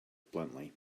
bluntly